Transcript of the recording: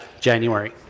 January